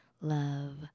love